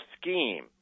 scheme